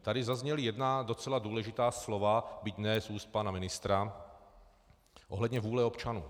Tady zazněla jedna docela důležitá slova, byť ne z úst pana ministra, ohledně vůle občanů.